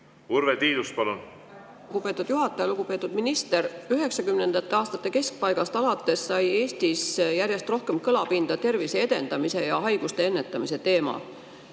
Urve Tiidus, palun! Lugupeetud juhataja! Lugupeetud minister! 1990. aastate keskpaigast alates on Eestis järjest rohkem kõlapinda saanud tervise edendamise ja haiguste ennetamise teema.